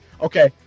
Okay